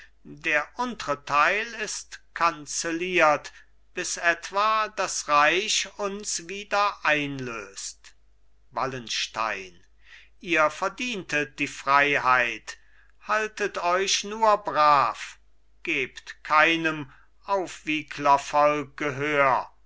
der untre teil ist kanzelliert bis etwa das reich uns wieder einlöst wallenstein ihr verdientet die freiheit haltet euch nur brav gebt keinem aufwieglervolk gehör